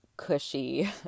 cushy